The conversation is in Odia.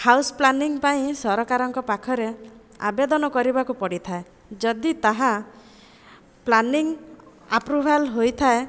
ହାଉସ୍ ପ୍ଲାନିଂ ପାଇଁ ସରକାରଙ୍କ ପାଖରେ ଆବେଦନ କରିବାକୁ ପଡ଼ିଥାଏ ଯଦି ତାହା ପ୍ଲାନିଂ ଆପୃଭାଲ ହୋଇଥାଏ